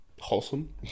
Wholesome